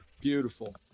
Beautiful